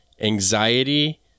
anxiety